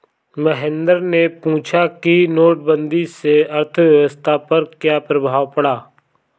महेंद्र ने पूछा कि नोटबंदी से अर्थव्यवस्था पर क्या प्रभाव पड़ा